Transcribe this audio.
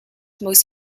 most